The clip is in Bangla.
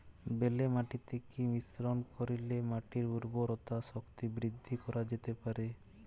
বেলে মাটিতে কি মিশ্রণ করিলে মাটির উর্বরতা শক্তি বৃদ্ধি করা যেতে পারে?